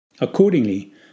Accordingly